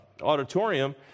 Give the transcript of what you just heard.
auditorium